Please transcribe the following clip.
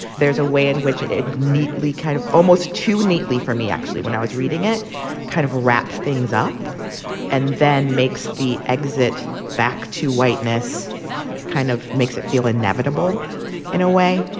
there's a way in which it it neatly kind of almost too neatly for me, actually, when i was reading it kind of wrap things up and then makes the exit back to whiteness kind of makes it feel inevitable in a way